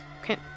Okay